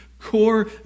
core